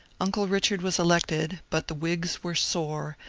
uncle richard was elected, but the whigs were sore,